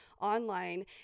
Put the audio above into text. online